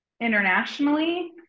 internationally